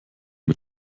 mit